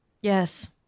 Yes